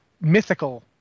mythical